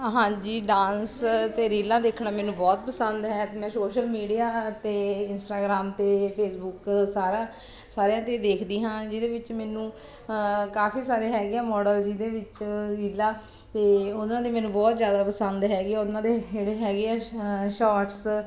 ਹਾਂਜੀ ਡਾਂਸ ਅਤੇ ਰੀਲਾਂ ਦੇਖਣਾ ਮੈਨੂੰ ਬਹੁਤ ਪਸੰਦ ਹੈ ਅਤੇ ਮੈਂ ਸ਼ੋਸ਼ਲ ਮੀਡੀਆ 'ਤੇ ਇੰਸਟਾਗ੍ਰਾਮ ਅਤੇ ਫੇਸਬੁਕ ਸਾਰਾ ਸਾਰਿਆਂ 'ਤੇ ਦੇਖਦੀ ਹਾਂ ਜਿਹਦੇ ਵਿੱਚ ਮੈਨੂੰ ਕਾਫੀ ਸਾਰੇ ਹੈਗੇ ਆ ਮੌਡਲ ਜਿਹਦੇ ਵਿੱਚ ਰੀਲਾਂ ਅਤੇ ਉਹਨਾਂ ਦੇ ਮੈਨੂੰ ਬਹੁਤ ਜ਼ਿਆਦਾ ਪਸੰਦ ਹੈਗੇ ਆ ਉਹਨਾਂ ਦੇ ਜਿਹੜੇ ਹੈਗੇ ਆ ਸ਼ ਸ਼ੋਰਟਸ